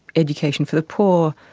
education for the poor,